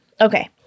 Okay